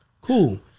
Cool